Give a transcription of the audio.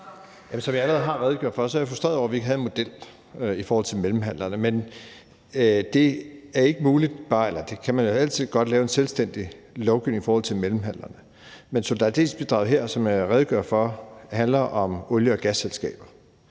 Som jeg allerede har redegjort for, er jeg frustreret over, at vi ikke havde en model i forhold til mellemhandlerne. Man kan jo altid godt lave en selvstændig lovgivning i forhold til mellemhandlerne, men solidaritetsbidraget her, som jeg redegør for, handler om olie- og gasselskaber.